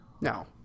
No